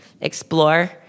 explore